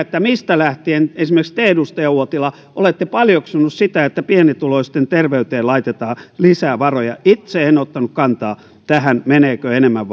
mistä lähtien esimerkiksi te edustaja uotila olette paljoksunut sitä että pienituloisten terveyteen laitetaan lisää varoja itse en ottanut kantaa tähän meneekö enemmän